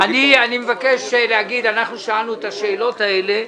אני מבקש להגיד שאנחנו שאלנו את השאלות האלה,